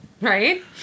Right